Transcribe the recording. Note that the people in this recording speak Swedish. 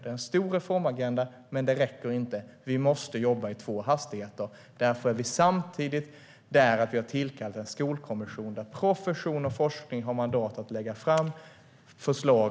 Det är en stor reformagenda, men det räcker inte. Vi måste jobba i två hastigheter. Därför är vi samtidigt i en situation där vi har tillkallat en skolkommission, där profession och forskning har mandat att lägga fram förslag.